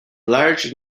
large